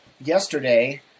yesterday